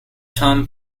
tom